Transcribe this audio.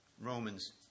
Romans